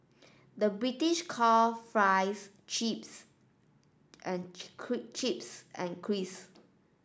the British call fries chips and chips and crisps